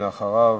אחריו,